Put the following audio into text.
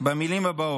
במילים הבאות: